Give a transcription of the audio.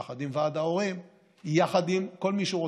יחד עם ועד ההורים ויחד עם כל מי שהוא רוצה,